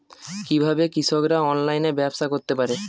কিভাবে কৃষকরা অনলাইনে ব্যবসা করতে পারে?